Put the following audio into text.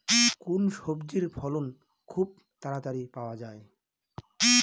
কোন সবজির ফলন খুব তাড়াতাড়ি পাওয়া যায়?